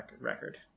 record